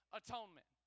atonement